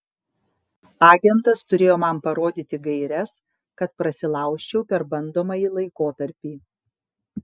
agentas turėjo man parodyti gaires kad prasilaužčiau per bandomąjį laikotarpį